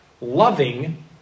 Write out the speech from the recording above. loving